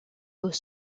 aux